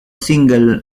single